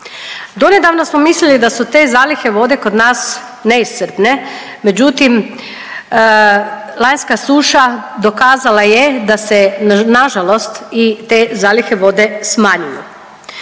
Donedavno smo mislili da su te zalihe vode kod nas neiscrpne, međutim lanjska suša dokazala je da se na žalost i te zalihe vode smanjuju.